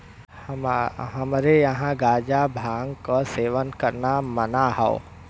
हमरे यहां गांजा भांग क सेवन करना मना हौ